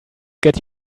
get